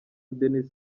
denis